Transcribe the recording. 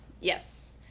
Yes